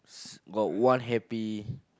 got one happy